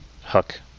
hook